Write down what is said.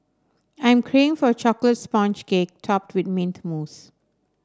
I'm craving for a chocolate sponge cake topped with mint mousse